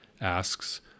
asks